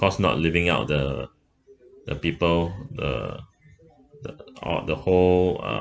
course not living out the the people uh the uh the whole uh